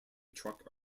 truck